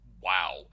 Wow